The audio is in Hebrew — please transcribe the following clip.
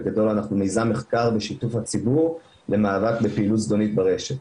בגדול אנחנו מיזם מחקר בשיתוף הציבור למאבק לפעילות זדונית ברשת,